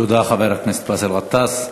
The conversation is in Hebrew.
תודה, חבר הכנסת באסל גטאס.